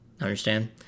Understand